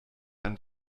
ein